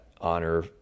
honor